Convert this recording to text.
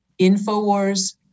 Infowars